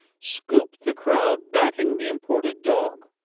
scooped the crowd backing the imported dog,